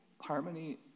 harmony